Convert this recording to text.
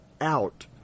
out